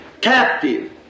captive